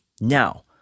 now